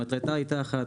שמטרתה היתה אחת.